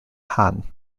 han